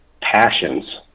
passions